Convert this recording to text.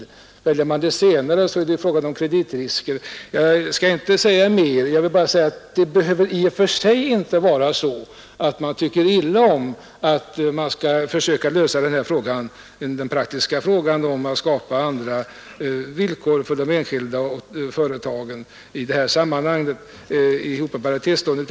Om man väljer det senare kan det bli fråga om kreditrisker. Det behöver inte vara så att man tycker illa om att försöka lösa denna praktiska fråga genom att skapa andra villkor för enskilda och företag när det gäller paritetslånen.